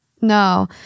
No